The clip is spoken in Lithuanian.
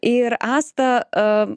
ir asta a